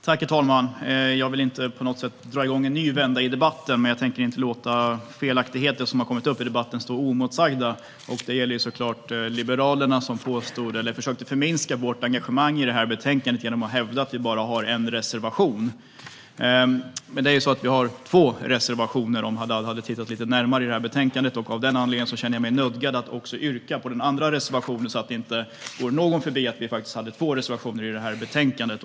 Herr talman! Jag vill inte på något sätt dra igång en ny vända i debatten, men jag tänker inte låta felaktigheter som har framförts i debatten stå oemotsagda. Det gäller såklart Liberalerna, som försökte att förminska vårt engagemang i detta betänkande genom att hävda att vi bara har en reservation. Men om Roger Haddad hade tittat lite närmare i betänkandet hade han sett att vi har två reservationer. Av denna anledning känner jag mig nödgad att också yrka bifall till den andra reservationen, så att det inte går någon förbi att vi har två reservationer i detta betänkande.